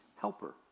helper